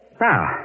Now